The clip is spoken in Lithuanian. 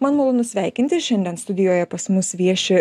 man malonu sveikinti šiandien studijoje pas mus vieši